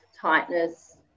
tightness